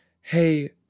Hey